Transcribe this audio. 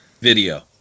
video